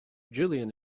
julian